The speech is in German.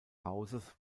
hauses